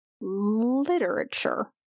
literature